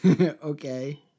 Okay